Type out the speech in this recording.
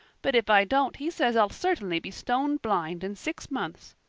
but if i don't he says i'll certainly be stone-blind in six months.